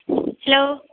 hello